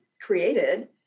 created